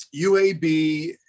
UAB